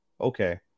Okay